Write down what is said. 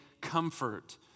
comfort